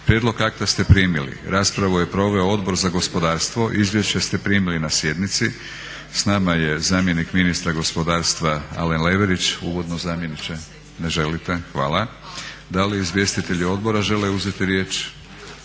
Prijedlog akta ste primili. Raspravu je proveo Odbor za gospodarstvo. Izvješća ste primili na sjednici. S nama ja zamjenik ministra gospodarstva Alen Leverić. Uvodno zamjeniče? Ne želite. Hvala. Da li izvjestitelji odbora žele uzeti riječ?